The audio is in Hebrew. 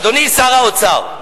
אדוני שר האוצר,